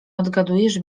odgadujesz